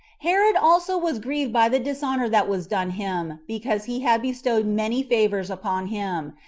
herod also was grieved by the dishonor that was done him, because he had bestowed many favors upon him,